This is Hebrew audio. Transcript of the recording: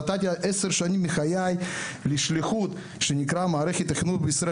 נתתי עשר שנים מחיי לשליחות שנקראת מערכת החינוך בישראל